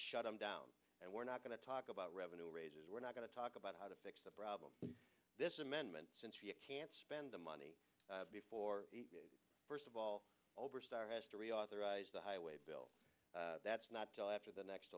shut them down and we're not going to talk about revenue raises we're not going to talk about how to fix the problem this amendment since you can't spend the money before the first of all over starr has to reauthorize the highway bill that's not till after the next